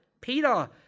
Peter